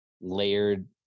layered